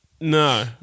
No